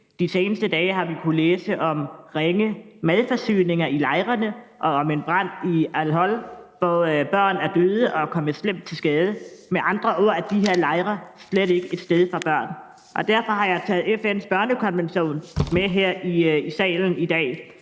De seneste dage har vi kunnet læse om ringe madforsyninger i lejrene og om en brand i al-Hol, hvor børn er døde eller kommet slemt til skade. Med andre ord er de her lejre slet ikke et sted for børn. Derfor har jeg taget FN's børnekonvention med her i salen i dag.